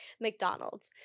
McDonald's